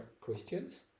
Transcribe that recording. christians